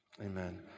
Amen